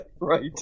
right